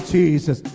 Jesus